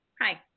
Hi